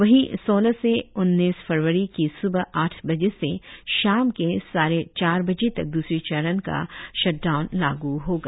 वहीं सोलह से उन्नीस फरवरी की स्बह आठ बजे से शाम के साढ़े चार बजे तक द्रसरी चरण का शट डाउन लागू होगा